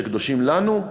שקדושים לנו,